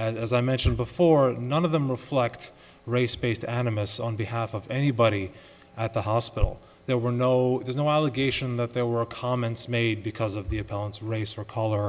t as i mentioned before none of them reflect race based animus on behalf of anybody at the hospital there were no there's no allegation that there were comments made because of the appellant's race or color